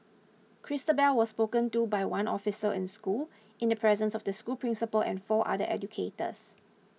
Christabel was spoken to by one officer in school in the presence of the school principal and four other educators